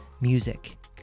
music